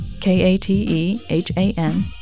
K-A-T-E-H-A-N